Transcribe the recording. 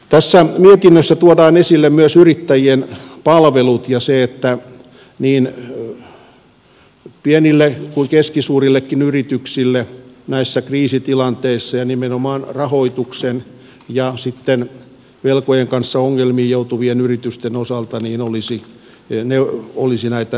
tässä mietinnössä tuodaan esille myös yrittäjien palvelut ja se että niin pienille kuin keskisuurillekin yrityksille näissä kriisitilanteissa ja nimenomaan rahoituksen ja sitten velkojen kanssa ongelmiin joutuvien yritysten osalta olisi näitä neuvontapalveluita riittävästi